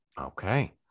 Okay